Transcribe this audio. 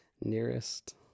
nearest